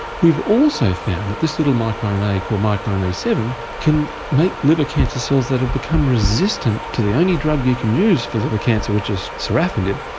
we've also found that this little micro-rna called microrna seven can make liver cancer cells that have become resistant to the only drug you can use for liver cancer, which is sorafenib,